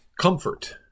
Comfort